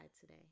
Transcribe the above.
today